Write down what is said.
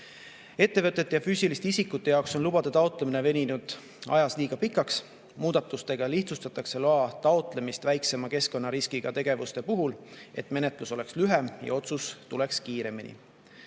Ettevõtete ja füüsiliste isikute jaoks on lubade taotlemine ajas liiga pikaks veninud. Muudatustega lihtsustatakse loa taotlemist väiksema keskkonnariskiga tegevuste puhul, et menetlus oleks lühem ja otsus tuleks kiiremini.